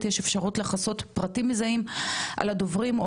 יש אפשרות לחסות פרטים מזהים על הדוברים,